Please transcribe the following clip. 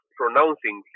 pronouncing